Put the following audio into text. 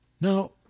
Now